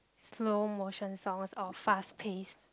slow motion songs or fast paced